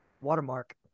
Watermark